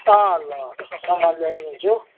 अँ ल सामान ल्याइदिन्छु